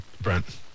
Brent